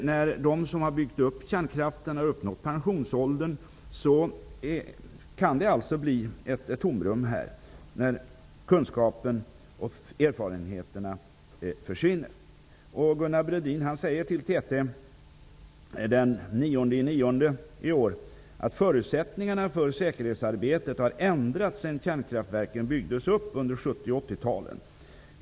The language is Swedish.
När de som har byggt upp kärnkraften har uppnått pensionsåldern kan det alltså bli ett tomrum här, när kunskapen och erfarenheterna försvinner. Gunnar Brodin säger till TT den 9 september i år: ''Förutsättningarna för säkerhetsarbetet har ändrats sedan kärnkraftverken byggdes upp under 70 och 80-talen.